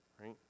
right